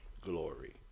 glory